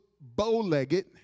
bow-legged